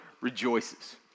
rejoices